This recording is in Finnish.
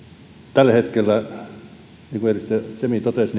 tällä hetkellä niin kuin edustaja semi totesi